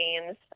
games